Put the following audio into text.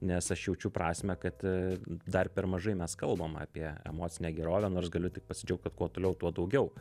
nes aš jaučiu prasmę kad dar per mažai mes kalbam apie emocinę gerovę nors galiu tik pasidžiaugt kad kuo toliau tuo daugiau